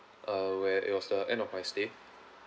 uh where it was the end of my stay